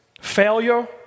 failure